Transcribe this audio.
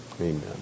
Amen